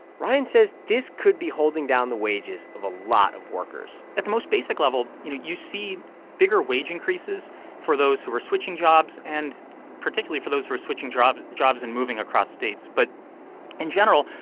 ryan says this could be holding down the wages of a lot of workers at the most basic level, you know, you see bigger wage increases for those who are switching jobs, and particularly for those who are switching jobs jobs and moving across states. but in general,